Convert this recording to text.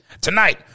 Tonight